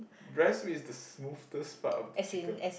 breast meat is the smoothest part of the chicken